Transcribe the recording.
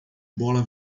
bola